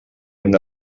hem